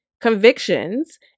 convictions